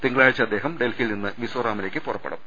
തിങ്കളാഴ്ച അദ്ദേഹം ഡൽഹിയിൽ നിന്ന് മിസോറാമിലേയ്ക്ക് പുറ പ്പെടും